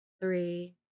three